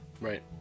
Right